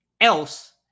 else